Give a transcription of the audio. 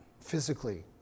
physically